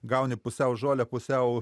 gauni pusiau žolę pusiau